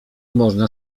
można